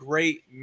great